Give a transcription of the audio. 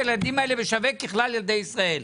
הילדים האלה בשווה כמו את כלל ילדי ישראל.